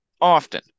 Often